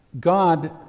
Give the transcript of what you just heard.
God